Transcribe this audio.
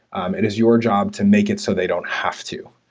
um it is your job to make it so they don't have to.